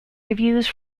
reviews